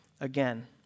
again